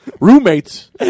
roommates